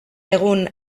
egun